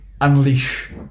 unleash